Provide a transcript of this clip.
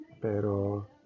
Pero